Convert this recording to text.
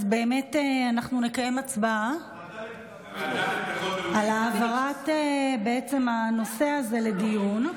אז באמת אנחנו נקיים הצבעה על העברת הנושא הזה לדיון.